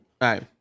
right